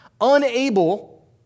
unable